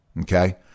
Okay